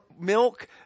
milk